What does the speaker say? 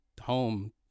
home